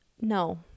No